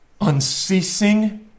Unceasing